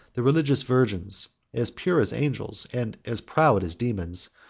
the religious virgins, as pure as angels, and as proud as daemons,